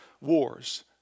wars